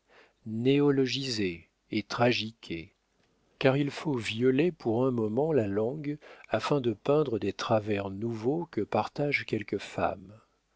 angéliser néologiser et tragiquer car il faut violer pour un moment la langue afin de peindre des travers nouveaux que partagent quelques femmes